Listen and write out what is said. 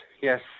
Yes